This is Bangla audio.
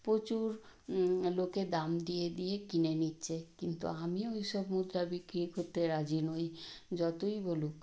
প্রচুর লোকে দাম দিয়ে দিয়ে কিনে নিচ্ছে কিন্তু আমি ওই সব মুদ্রা বিক্রি করতে রাজি নই যতই বলুক